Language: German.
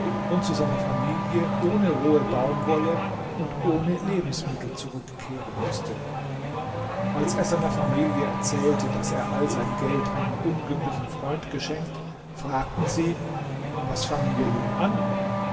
und zu seiner familie ohne rohe baumwolle und ohne lebensmittel zurückkehren mußte als er seiner familie erzählte daß er all sein geld einem unglücklichen freund geschenkt fragten sie was fangen wir nun an